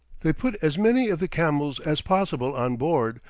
they put as many of the camels as possible on board,